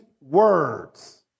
words